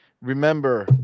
remember